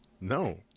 No